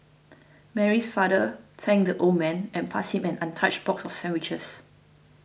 Mary's father thanked the old man and passed him an untouched box of sandwiches